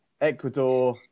Ecuador